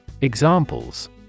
Examples